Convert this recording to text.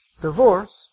Divorce